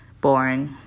boring